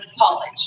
college